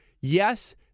yes